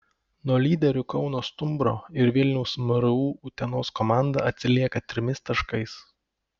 nuo lyderių kauno stumbro ir vilniaus mru utenos komanda atsilieka trimis taškais